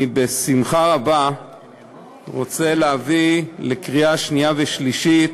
אני בשמחה רבה רוצה להביא לקריאה שנייה ושלישית